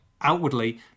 outwardly